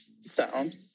sound